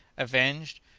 avenged!